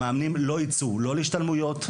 המאמנים לא יצאו; לא להשתלמויות,